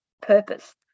purpose